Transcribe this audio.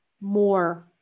more